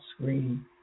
screen